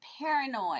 paranoid